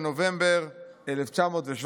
בנובמבר 1917,